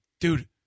Dude